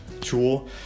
tool